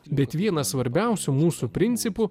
bet vienas svarbiausių mūsų principų